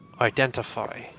Identify